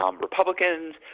Republicans